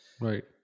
right